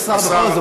יש פה שר בכל זאת,